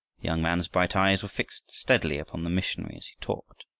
young man's bright eyes were fixed steadily upon the missionary as he talked,